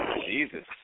Jesus